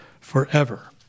forever